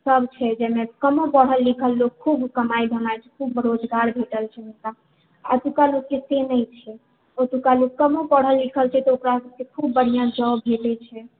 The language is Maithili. सब छै जाहिमे कमो पढ़ल लिखल लोक खूब कमाइ धमाइ छै खूब रोजगार भेटै छै एतुका लोकके से नहि छै एतुकालोक कमो पढ़ल लिखल छै तऽ ओकरासबके खूब बढ़िऑं जॉब मिलै छै